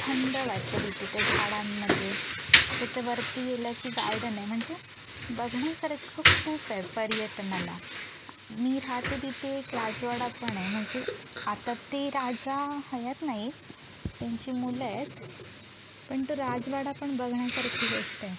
थंड वाटतं तिथे झाडांमध्ये त्याच्यावरती गेलं की गार्डन आहे म्हणजे बघण्यासारखं खूप आहे पर्यटनाला मी राहते तिथे एक राजवाडा पण आहे म्हणजे आता ते राजा हयात नाहीत त्यांची मुलं आहेत पण तो राजवाडा पण बघण्यासारखी गोष्ट आहे